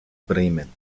bremen